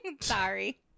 sorry